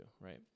right